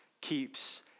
keeps